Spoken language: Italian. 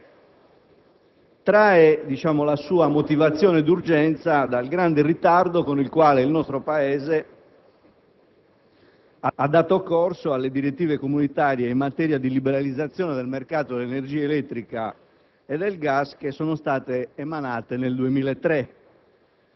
trae la sua motivazione d'urgenza dal grande ritardo con il quale il nostro Paese ha dato corso alle direttive comunitarie in materia di liberalizzazione del mercato dell'energia elettrica e del gas emanate nel 2003.